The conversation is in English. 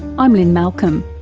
i'm lynne malcolm,